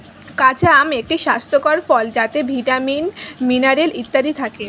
কাঁচা আম একটি স্বাস্থ্যকর ফল যাতে ভিটামিন, মিনারেল ইত্যাদি থাকে